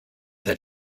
seid